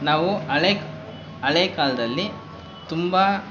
ನಾವು ಹಳೆ ಹಳೆ ಕಾಲದಲ್ಲಿ ತುಂಬ